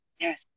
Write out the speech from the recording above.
Yes